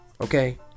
okay